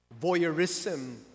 voyeurism